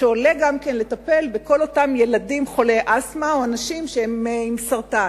של הטיפול בכל אותם ילדים חולי אסתמה או אנשים שיש להם סרטן.